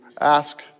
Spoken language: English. ask